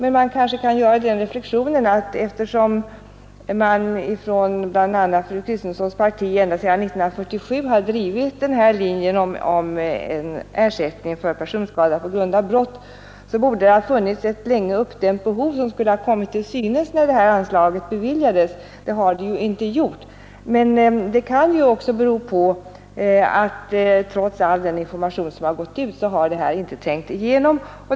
Eftersom bl.a. fru Kristenssons parti ända sedan 1947 drivit linjen om en ersättning för personskada på grund av brott kanske man kan göra den reflexionen, att det borde ha funnits ett länge uppdämt behov som skulle ha kommit till synes när anslaget beviljades. Så har inte varit fallet. Det kan ju också bero på att trots all den information som gått ut detta ännu inte trängt igenom.